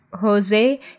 Jose